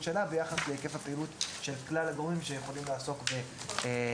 שלה ביחס להיקף הפעילות של כלל הגורמים שיכולים לעסוק בשירותים.